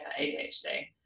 ADHD